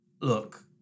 Look